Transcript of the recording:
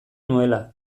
nuela